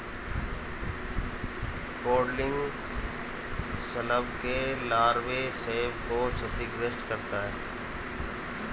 codling शलभ के larvae सेब को क्षतिग्रस्त करते है